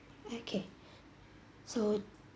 okay so